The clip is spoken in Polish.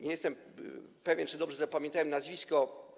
Nie jestem pewien, czy dobrze zapamiętałem nazwisko.